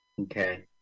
Okay